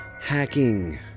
hacking